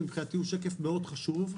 שמבחינתי הוא שקף מאוד חשוב,